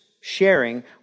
sharing